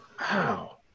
Wow